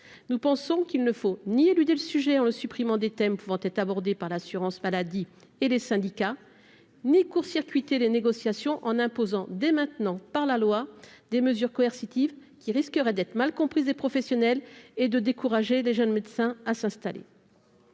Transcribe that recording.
Nous pensons qu'il ne faut ni éluder le sujet en le supprimant des thèmes pouvant être abordés par l'assurance maladie et les syndicats ni court-circuiter les négociations en imposant, dès maintenant, par la loi, des mesures coercitives qui risqueraient d'être mal comprises des professionnels et de décourager les jeunes médecins à s'installer.